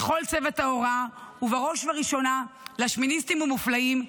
לכל צוות ההוראה ובראש וראשונה לשמיניסטים המופלאים,